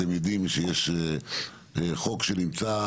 אתם יודעים שיש חוק שנמצא,